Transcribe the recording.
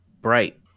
Bright